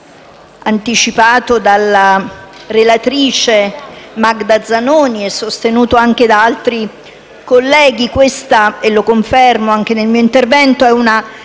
anticipato dalla relatrice Magda Zanoni e sostenuto anche da altri colleghi, questo - e lo confermo anche nel mio intervento - è un